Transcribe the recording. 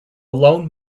lone